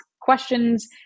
questions